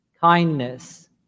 kindness